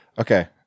Okay